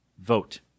vote